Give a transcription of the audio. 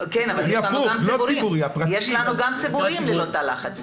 כן אבל יש לנו גם ציבוריים ללא תא לחץ.